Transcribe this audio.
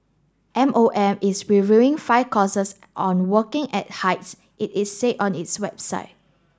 M O M is reviewing five courses on working at heights it is said on its website